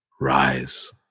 rise